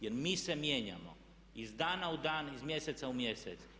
Jer mi se mijenjamo iz dana u dan, iz mjeseca u mjesec.